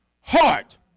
Heart